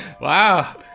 Wow